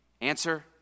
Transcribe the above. answer